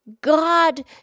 God